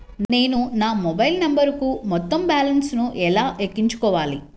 నేను నా మొబైల్ నంబరుకు మొత్తం బాలన్స్ ను ఎలా ఎక్కించుకోవాలి?